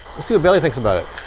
see what bailey thinks about